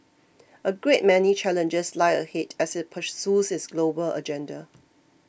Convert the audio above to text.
a great many challenges lie ahead as it pursues its global agenda